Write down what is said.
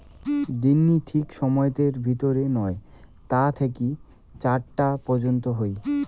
দিননি ঠিক সময়তের ভিতর নয় তা থাকি চার তা পর্যন্ত হই